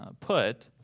put